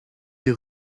des